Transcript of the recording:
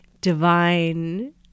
divine